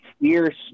fierce